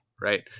right